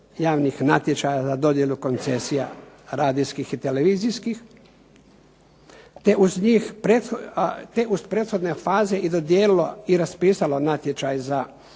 javnih natječaja za dodjelu koncesija radijskih i televizijskih te uz prethodne faze dodijelilo i raspisalo natječaj za